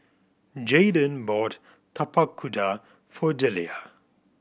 Jayden bought Tapak Kuda for Deliah